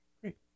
Great